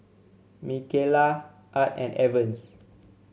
Mikaela Art and Evans